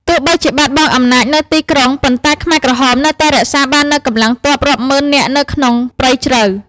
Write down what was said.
ទោះបីជាបាត់បង់អំណាចនៅទីក្រុង ប៉ុន្តែខ្មែរក្រហមនៅតែរក្សាបាននូវកម្លាំងទ័ពរាប់ម៉ឺននាក់ក្នុងព្រៃជ្រៅ។